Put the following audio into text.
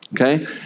Okay